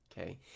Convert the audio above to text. okay